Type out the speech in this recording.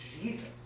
Jesus